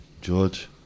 george